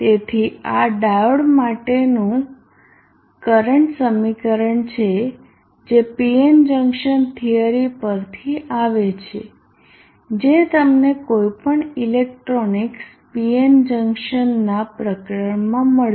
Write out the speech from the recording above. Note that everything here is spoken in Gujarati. તેથી આ ડાયોડ માટેનું કરંટ સમીકરણ છે જે PN જંકશન થિયરી પર થી આવે છે જે તમને કોઈપણ ઇલેક્ટ્રોનિક્સ PN જંકશનના પ્રકરણમાં મળશે